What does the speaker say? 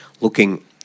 looking